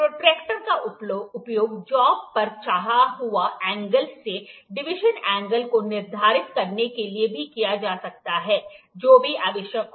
protractor का उपयोग job पर चाहा हुआ एंगल से डीवीएशन एंगल को निर्धारित करने के लिए भी किया जा सकता है जो भी आवश्यक हो